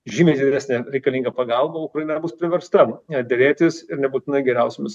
žymiai didesnė reikalinga pagalba ukraina ir bus priversta derėtis ir nebūtinai geriausiomis